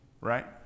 right